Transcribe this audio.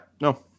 no